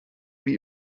wie